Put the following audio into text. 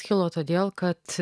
kilo todėl kad